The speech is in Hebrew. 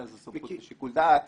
אלא זו סמכות בשיקול דעת